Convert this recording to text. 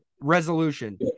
resolution